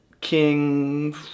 king